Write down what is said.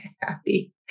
happy